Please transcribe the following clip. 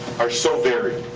are so varied,